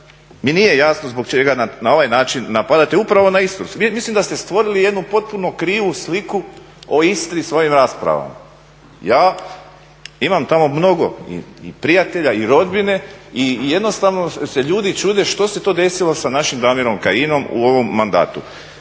mi nije jasno zbog čega na ovaj način napadate upravo na Istru. Mislim da ste stvorili jednu potpuno krivu sliku o Istri svojim raspravama. Ja imam tamo mnogo i prijatelja i rodbine i jednostavno se ljudi čude što se to desilo sa našim Damirom Kajinom u ovom mandatu.